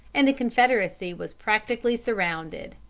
and the confederacy was practically surrounded.